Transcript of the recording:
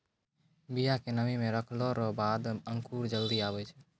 बिया के नमी मे रखलो रो बाद अंकुर जल्दी आबै छै